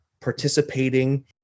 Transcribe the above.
participating